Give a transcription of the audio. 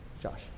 Josh